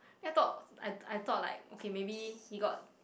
ya thought I I thought like okay maybe he got